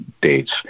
dates